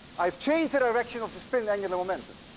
i've changed the direction of the spin angular momentum.